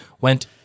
went